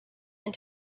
and